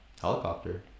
helicopter